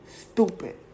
stupid